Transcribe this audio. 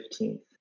15th